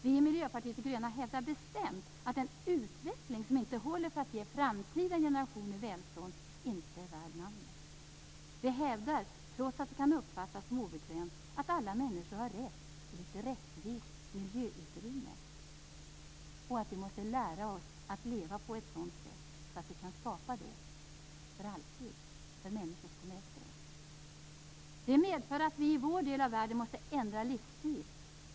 Vi, Miljöpartiet de gröna, hävdar bestämt att en utveckling som inte håller för att ge framtida generationer välstånd inte är värd namnet. Vi hävdar, trots att det kan uppfattas som obekvämt, att alla människor har rätt till ett rättvist miljöutrymme och att vi måste lära oss att leva på ett sådant sätt att vi kan skapa det för alltid för människor som kommer efter oss. Det medför att vi i vår del av världen måste ändra livsstil.